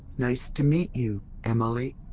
nice to meet you, emily.